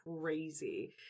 crazy